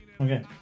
Okay